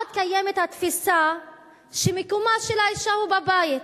עוד קיימת התפיסה שמקומה של האשה הוא בבית.